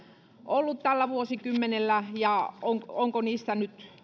ollut tällä vuosikymmenellä ja onko niissä nyt